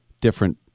different